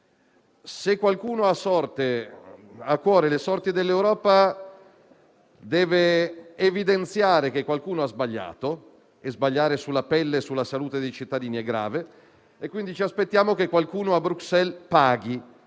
Chiunque abbia a cuore le sorti dell'Europa deve evidenziare che qualcuno ha sbagliato, e sbagliare sulla pelle e sulla salute dei cittadini è grave, quindi ci aspettiamo che qualcuno a Bruxelles paghi